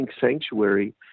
sanctuary